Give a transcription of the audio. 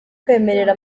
kwemerera